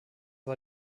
war